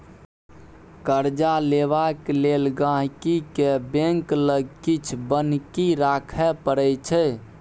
कर्जा लेबाक लेल गांहिकी केँ बैंक लग किछ बन्हकी राखय परै छै